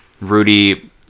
Rudy